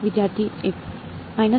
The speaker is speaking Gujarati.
વિદ્યાર્થી 1